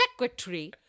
secretary